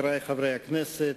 חברי חברי הכנסת,